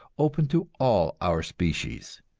open to all our species.